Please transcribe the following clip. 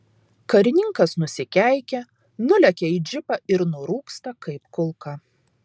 karininkas nusikeikia nulekia į džipą ir nurūksta kaip kulka